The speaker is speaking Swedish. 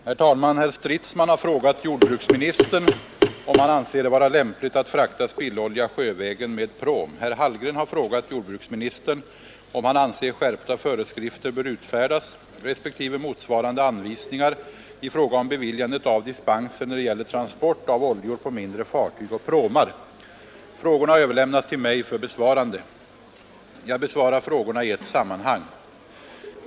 Herr talman! Herr Stridsman har frågat jordbruksministern, om han anser det vara lämpligt att frakta spillolja sjövägen med pråm. Herr Hallgren har frågat jordbruksministern, om han anser att skärpta föreskrifter respektive motsvarande anvisningar i fråga om beviljandet av dispenser bör utfärdas, när det gäller transport av oljor på mindre fartyg och pråmar. Frågorna har överlämnats till mig för besvarande. Jag besvarar frågorna i ett sammanhang.